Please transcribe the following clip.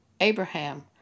Abraham